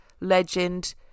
legend